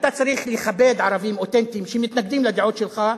אתה צריך לכבד ערבים אותנטיים שמתנגדים לדעות שלך,